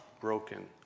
broken